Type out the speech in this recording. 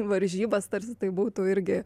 varžybas tarsi tai būtų irgi